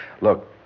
Look